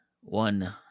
one